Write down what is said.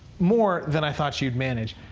more than i thought you'd manage.